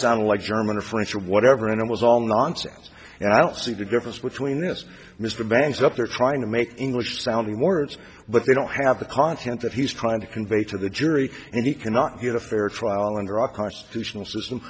like german or french or whatever and it was all nonsense and i don't see the difference between us mr bangs up there trying to make english sounding words but they don't have the content that he's trying to convey to the jury and he cannot get a fair trial under our constitutional system